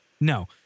no